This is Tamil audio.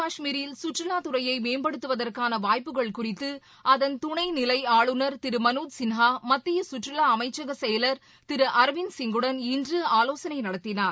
காஷ்மீரில் ஐ ம் மு சு ற் று ல ாத்துறையை மே ம் ப டு த்துவதற்கான வாய்ப்புகள் குறித்து அதன் துணை நிலை ஆளுநர் திரு மனோஜ் சின்ஹா மத்திய சுற்பறுலா அமைச்சக செய்லார் திரு அரவிந்த் சிங் உடன் இன்று ஆ லோசனை நடத்தினார்